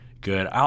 good